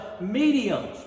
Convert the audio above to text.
mediums